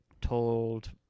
told